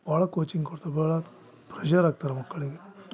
ಭಾಳ ಕೋಚಿಂಗ್ ಕೊಡ್ತಾರೆ ಭಾಳ ಪ್ರೆಶರ್ ಹಾಕ್ತಾರೆ ಮಕ್ಕಳಿಗೆ